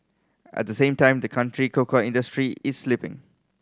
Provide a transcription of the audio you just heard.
at the same time the country cocoa industry is slipping